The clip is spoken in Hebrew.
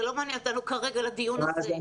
זה לא מעניין אותנו כרגע לדיון הזה.